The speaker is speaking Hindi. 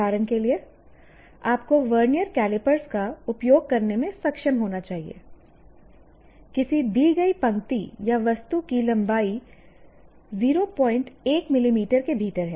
उदाहरण के लिए आपको वर्नियर कैलिपर्स का उपयोग करने में सक्षम होना चाहिए किसी दी गई पंक्ति या वस्तु की लंबाई 01 मिलीमीटर के भीतर है